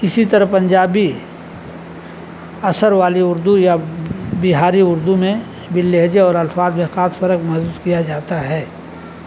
اسی طرح پنجابی اثر والی اردو یا بہاری اردو میں بھی لہجے اور الفاظ میں خاص فرق محسوس کیا جاتا ہے